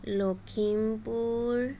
Lakhimpur